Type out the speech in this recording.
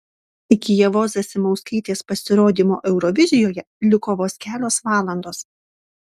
iki ievos zasimauskaitės pasirodymo eurovizijoje liko vos kelios valandos